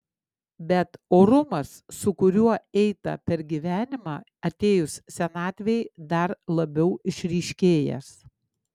bet orumas su kuriuo eita per gyvenimą atėjus senatvei dar labiau išryškėjęs